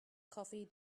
coffee